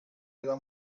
era